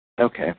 okay